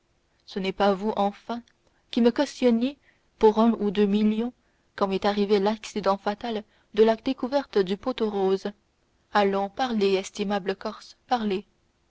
ce n'est pas vous enfin qui me cautionniez pour un ou deux millions quand m'est arrivé l'accident fatal de la découverte du pot aux roses allons parlez estimable corse parlez